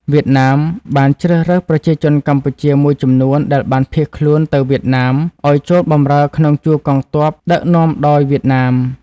វៀតណាមបានជ្រើសរើសប្រជាជនកម្ពុជាមួយចំនួនដែលបានភៀសខ្លួនទៅវៀតណាមឱ្យចូលបម្រើក្នុងជួរកងទ័ពដឹកនាំដោយវៀតណាម។